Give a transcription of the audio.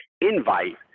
invite